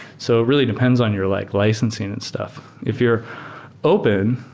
so really depends on your like licensing and stuff if you're open,